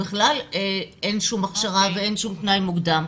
אין להן כל הכשרה ואין תנאי מוקדם.